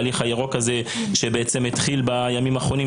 ההליך שהתחיל בימים האחרונים.